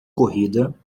corrida